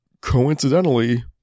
coincidentally